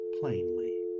plainly